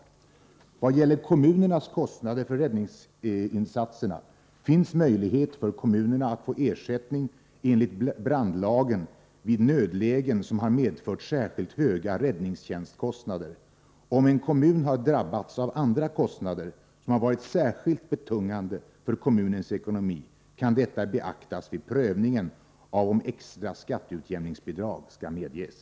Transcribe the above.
I vad gäller kommunernas kostnader för räddningsinsatserna finns möjlighet för dem att få ersättning enligt brandlagen vid nödlägen som har medfört särskilt höga räddningstjänstkostnader. Om en kommun har drabbats av andra kostnader, som har varit särskilt betungande för kommunens ekonomi, kan detta beaktas vid prövningen av om extra skatteutjämningsbidrag skall medges.